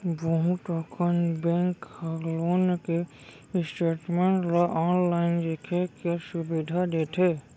बहुत अकन बेंक ह लोन के स्टेटमेंट ल आनलाइन देखे के सुभीता देथे